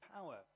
power